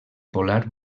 polar